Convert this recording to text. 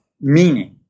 meaning